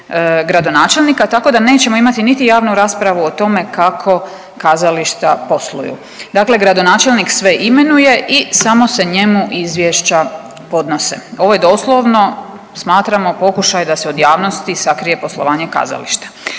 gradonačelnika, tako da nećemo imati niti javnu raspravu o tome kako kazališta posluju. Dakle, gradonačelnik sve imenuje i samo se njemu izvješća podnose. Ovo je doslovno smatramo pokušaj da se od javnosti sakrije poslovanje kazališta.